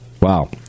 Wow